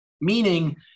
meaning